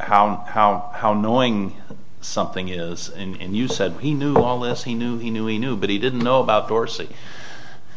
how how how knowing something is and you said he knew all this he knew he knew he knew but he didn't know about dorsey